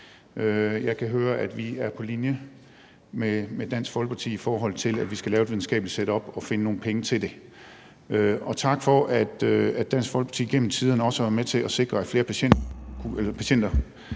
Jeg kan høre, at vi er på linje med Dansk Folkeparti, i forhold til at vi skal lave et videnskabeligt setup og finde nogle penge til det. Og tak for, at Dansk Folkeparti igennem tiden også har været med til sikre, at flere patienter